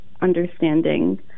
understanding